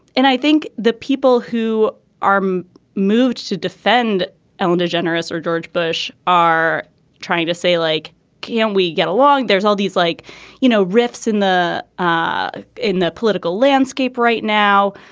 and i think the people who are moved to defend ellen degeneres or george bush are trying to say like can we get along. there's all these like you know rifts in the ah in the political landscape right now.